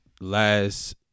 last